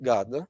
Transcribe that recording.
God